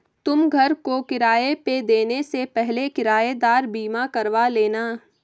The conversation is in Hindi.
तुम घर को किराए पे देने से पहले किरायेदार बीमा करवा लेना